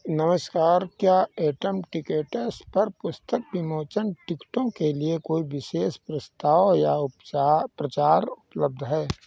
नमस्कार क्या एटम टिकट्स पर पुस्तक विमोचन टिकटों के लिए कोई विशेष प्रस्ताव या उपचार प्रचार उपलब्ध है